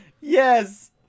Yes